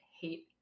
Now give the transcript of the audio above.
hate